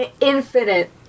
infinite